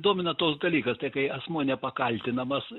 domina toks dalykas tai kai asmuo nepakaltinamas